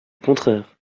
contraire